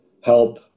help